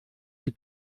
die